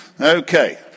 Okay